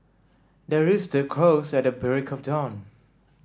the rooster crows at the break of dawn